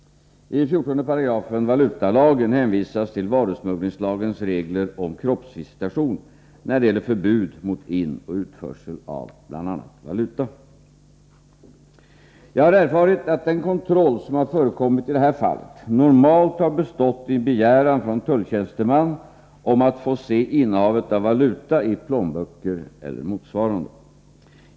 I 14§ valutalagen hänvisas till varusmugglingslagens regler om kroppsvisitation när det gäller förbud mot inoch utförsel av bl.a. valuta. Jag har erfarit att den kontroll som har förekommit i detta fall normalt har bestått i en begäran från tulltjänsteman om att få se innehavet av valuta i plånböcker eller motsvarande.